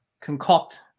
concoct